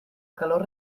calor